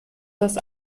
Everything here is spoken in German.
das